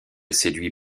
séduit